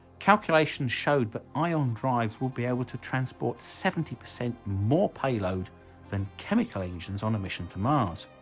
calculations showed that ion drives will be able to transport seventy percent more payload than chemical engines on a mission to mars.